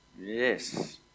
Yes